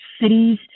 cities